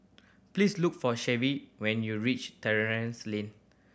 please look for Shay when you reach Terrasse Lane